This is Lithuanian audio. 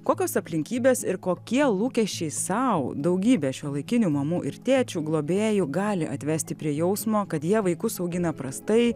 kokios aplinkybės ir kokie lūkesčiai sau daugybė šiuolaikinių mamų ir tėčių globėjų gali atvesti prie jausmo kad jie vaikus augina prastai